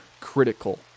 critical